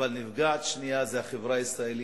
אבל הנפגעת השנייה זו החברה הישראלית,